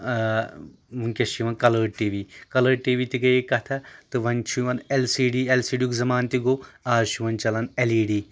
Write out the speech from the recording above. وٕنکٮ۪س چھِ یِوان colour T V colour T V تہِ گٔیے کَتھاہ تہٕ وۄنۍ چھُ یوان L C D L C D یُک زَمانہٕ تہِ گوٚو آز چھُ وۄنۍ چَلان اٮ۪ل ای ڈی